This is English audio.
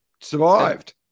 Survived